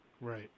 Right